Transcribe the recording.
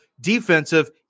defensive